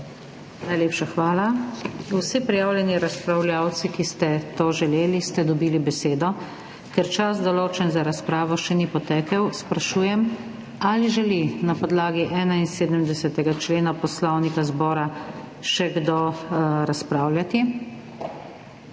Najlepša hvala. Vsi prijavljeni razpravljavci, ki ste to želeli, ste dobili besedo. Ker čas, določen za razpravo, še ni potekel, sprašujem, ali želi na podlagi 71. člena Poslovnika Državnega zbora še kdo razpravljati.